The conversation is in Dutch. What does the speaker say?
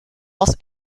was